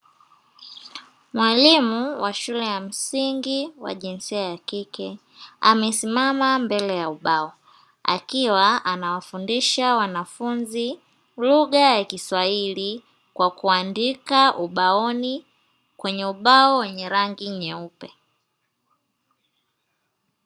Mwalimu wa shule ya msingi wa jinsi ya kike, amesimama mbele ya ubao, akiwa anawafundisha wanafunzi lugha ya kiswahili, kwa kuandika ubaoni, kwenye ubao wenye rangi nyeupe.